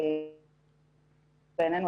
בעינינו,